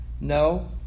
No